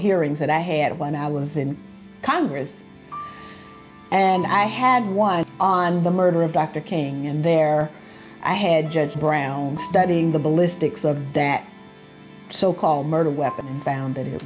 hearings that i had when i was in congress and i had one on the murder of dr king and there i had judge brown studying the ballistics of that so called murder weapon found that it